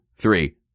Three